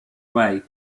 way